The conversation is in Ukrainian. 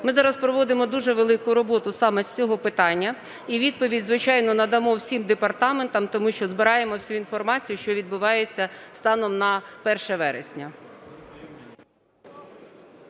Ми зараз проводимо дуже велику роботу саме з цього питання. І відповідь, звичайно, надамо всім департаментам, тому що збираємо всю інформацію, що відбувається станом на 1 вересня.